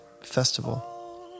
festival